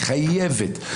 היא חייבת.